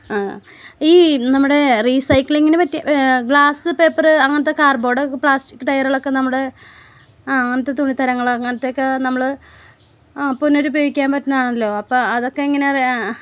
ആ ഈ നമ്മുടെ റീസൈക്ലിങ്ങിന് പറ്റിയ ഗ്ലാസ് പേപ്പർ അങ്ങനെത്തെ കാർഡ് ബോർഡ് പ്ലാസ്റ്റിക് ടയർകളൊക്കെ നമ്മുടെ ആ അങ്ങനെത്തെ തുണിത്തരങ്ങൾ അങ്ങനെത്തെയൊക്കെ നമ്മൾ ആ പുനരുപയോഗിക്കാൻ പറ്റുന്നതാണല്ലോ അപ്പം അതൊക്കെ എങ്ങനെയാ